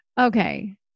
Okay